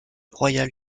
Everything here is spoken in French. royale